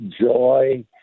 joy